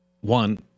One